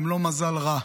הן לא מזל רע.